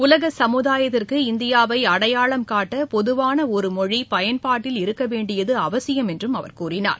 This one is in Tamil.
உலக சமுதாயத்திற்கு இந்தியாவை அடையாளம் காட்ட பொதுவான ஒரு மொழி பயன்பாட்டில் இருக்கவேண்டியது அவசியம் என்றும் கூறினார்